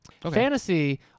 Fantasy